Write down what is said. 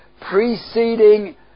preceding